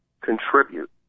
contribute